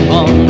on